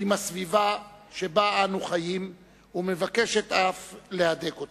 עם הסביבה שבה אנו חיים ומבקשת אף להדק אותה.